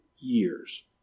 years